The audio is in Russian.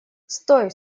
стой